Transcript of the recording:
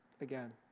again